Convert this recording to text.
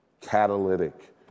catalytic